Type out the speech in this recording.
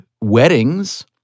weddings